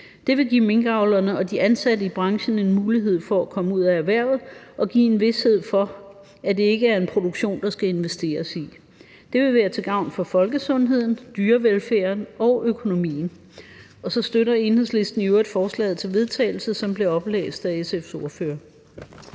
Det vil give minkavlerne og de ansatte i branchen en mulighed for at komme ud af erhvervet og give en vished for, at det ikke er en produktion, der skal investeres i. Det vil være til gavn for folkesundheden, dyrevelfærden og økonomien. Og så støtter Enhedslisten i øvrigt forslaget til vedtagelse, som blev oplæst af SF's ordfører.